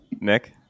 nick